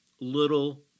little